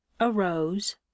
arose